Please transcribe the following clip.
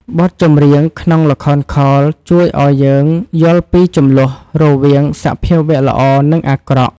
បទចម្រៀងក្នុងល្ខោនខោលជួយឱ្យយើងយល់ពីជម្លោះរវាងសភាវៈល្អ និងអាក្រក់។